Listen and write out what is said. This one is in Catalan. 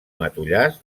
matollars